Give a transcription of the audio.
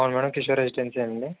అవును madam Kishore residency అండి